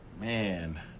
Man